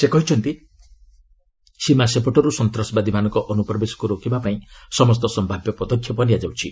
ସେ କହିଛନ୍ତି ସୀମା ସେପଟରୁ ସନ୍ତାସବାଦୀମାନଙ୍କ ଅନୁପ୍ରବେଶକୁ ରୋକିବା ପାଇଁ ସମସ୍ତ ସମ୍ଭାବ୍ୟ ପଦକ୍ଷେପ ନିଆଯାଉଛି